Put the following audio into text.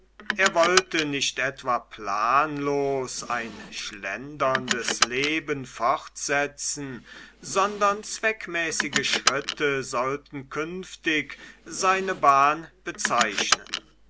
er wollte nicht etwa planlos ein schlenderndes leben fortsetzen sondern zweckmäßige schritte sollten künftig seine bahn bezeichnen